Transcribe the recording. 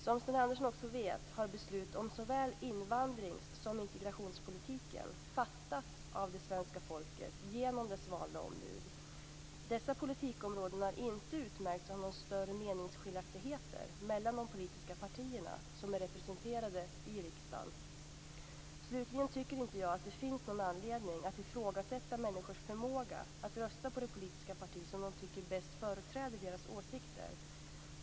Som Sten Andersson också vet har beslut om såväl invandrings som integrationspolitiken fattats av det svenska folket genom dess valda ombud. Dessa politikområden har inte utmärkts av några större meningsskiljaktligheter mellan de politiska partier som är representerade i riksdagen. Slutligen tycker jag inte att det finns någon anledning att ifrågasätta människors förmåga att rösta på det politiska parti som de tycker bäst företräder deras åsikter.